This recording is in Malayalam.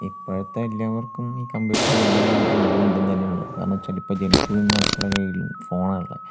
ഇപ്പോഴത്തെ എല്ലാവർക്കും ഈ കമ്പ്യൂട്ടറും മൊബൈലുമായിട്ട് നല്ല ബന്ധം തന്നെയാണ് ഉള്ളത് കാരണം എന്നു വച്ചാൽ ഇപ്പം ജനിച്ചു വീഴുന്ന മക്കളെ കയ്യിലും ഫോണാണ് ഉള്ളത്